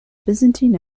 byzantine